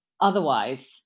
otherwise